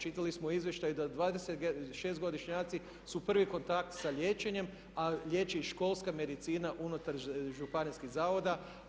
Čitali smo u izvještaju da 26-godišnjaci su prvi kontakt sa liječenjem, a liječi ih školska medicina unutar županijskih zavoda.